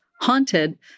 haunted